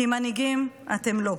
כי מנהיגים אתם לא.